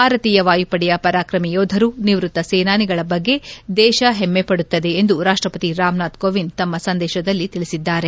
ಭಾರತೀಯ ವಾಯುಪಡೆಯ ಪರಾಕ್ರಮಿ ಯೋಧರು ನಿವೃತ್ತ ಸೇನಾನಿಗಳ ಬಗ್ಗೆ ದೇಶ ಹೆಮ್ಮೆ ಪಡುತ್ತದೆ ಎಂದು ರಾಷ್ಟಪತಿ ರಾಮನಾಥ್ ಕೋವಿಂದ್ ತಮ್ಮ ಸಂದೇಶದಲ್ಲಿ ತಿಳಿಸಿದ್ದಾರೆ